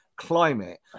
Climate